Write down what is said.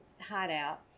hideout